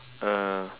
uh